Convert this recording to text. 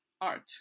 art